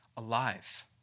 alive